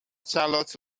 charlotte